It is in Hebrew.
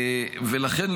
לכן,